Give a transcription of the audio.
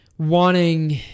wanting